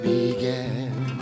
Began